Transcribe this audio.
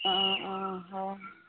অঁ অঁ হয়